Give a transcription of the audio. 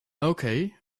okay